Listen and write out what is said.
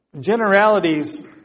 Generalities